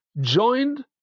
joined